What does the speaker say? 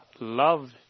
love